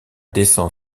descend